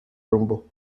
rumbo